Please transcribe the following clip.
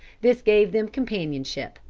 this gave them companionship,